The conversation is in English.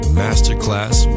masterclass